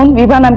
um vibha um